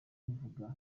ubivuga